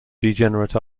degenerate